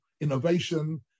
innovation